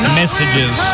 messages